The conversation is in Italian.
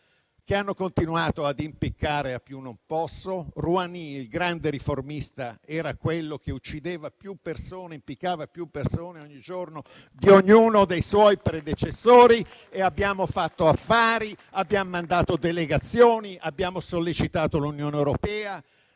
che hanno continuato ad impiccare a più non posso. Rouhani, il grande riformista, era quello che uccideva e impiccava più persone, ogni giorno, di ognuno dei suoi predecessori e abbiamo fatto affari, mandato delegazioni e sollecitato l'Unione europea.